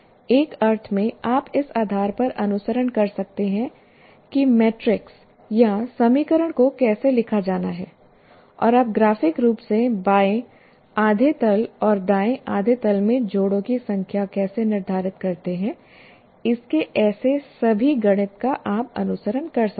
एक अर्थ में आप इस आधार पर अनुसरण कर सकते हैं कि मैट्रिक्स या समीकरण को कैसे लिखा जाना है और आप ग्राफ़िक रूप से बाएँ आधे तल और दाएँ आधे तल में जड़ों की संख्या कैसे निर्धारित करते हैं इसके ऐसे सभी गणित का आप अनुसरण कर सकते हैं